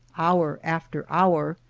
hour after hour,